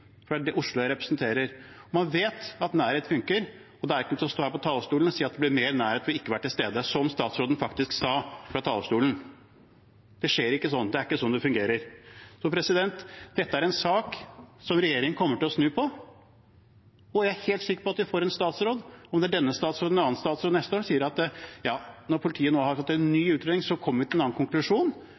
for det er Oslo jeg representerer. Man vet at nærhet funker, og da er det ikke noen vits i å stå her på talerstolen og si at det blir mer nærhet ved ikke å være til stede, som statsråden faktisk sa fra talerstolen. Det skjer ikke sånn. Det er ikke sånn det fungerer. Dette er en sak der regjeringen kommer til å snu. Jeg er helt sikker på at vi får en statsråd, om det er denne statsråden eller en annen, som neste år sier at ja, når politiet nå har fått en ny utredning, har vi kommet til en annen konklusjon